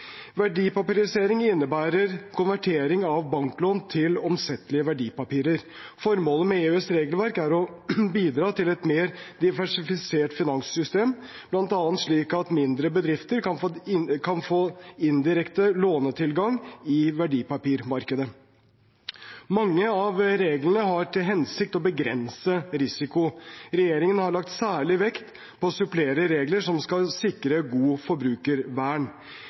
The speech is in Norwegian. omsettelige verdipapirer. Formålet med EUs regelverk er å bidra til et mer diversifisert finanssystem, bl.a. slik at mindre bedrifter kan få indirekte lånetilgang i verdipapirmarkedet. Mange av reglene har til hensikt å begrense risiko. Regjeringen har lagt særlig vekt på å supplere regler som skal sikre godt forbrukervern.